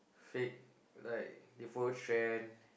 fake like they follows trend